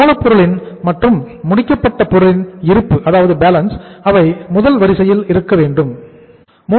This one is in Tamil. மூலப் பொருளின் மற்றும் முடிக்கப்பட்ட பொருள்களின் இருப்பு அவை முதல் வரிசையில் இருக்கக் கூடியவை